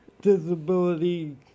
Disability